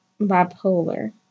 bipolar